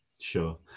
sure